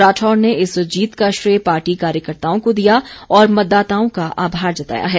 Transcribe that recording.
राठौर ने इस जीत का श्रेय पार्टी कार्यकर्ताओं को दिया और मतदाताओं का आभार जताया है